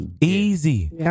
Easy